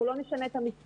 אנחנו לא נשנה את המספר.